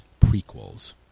prequels